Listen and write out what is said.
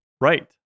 Right